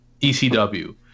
ECW